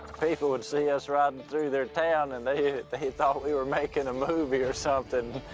people would see us riding through their town, and they they thought we were making a movie or something.